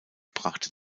brachte